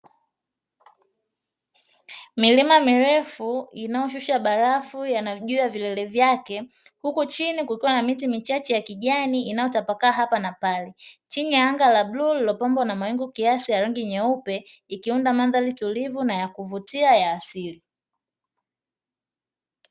Milima mirefu inayoshusha barafu juu ya vilele vyake, huku chini kukiwa na miti michache ya kijani inayotapakaa hapa na pale, chini ya anga la bluu lililopanbwa na mawingu kiasi ya rangi nyeupe, ikiunda mandhari tulivu na ya kuvutia ya asili.